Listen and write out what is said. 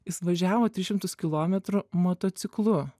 jis važiavo tris šimtus kilometrų motociklu